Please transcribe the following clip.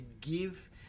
give